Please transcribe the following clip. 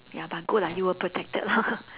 ya but good lah you were protected lor